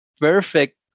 perfect